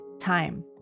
time